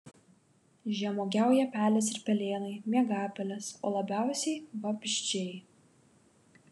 žemuogiauja pelės ir pelėnai miegapelės o labiausiai vabzdžiai